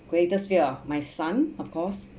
greatest fear ah my son of course